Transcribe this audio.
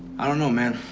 i don't know, man.